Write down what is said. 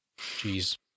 Jeez